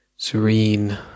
serene